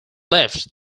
left